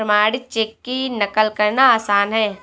प्रमाणित चेक की नक़ल करना आसान है